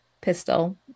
pistol